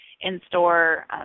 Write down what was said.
in-store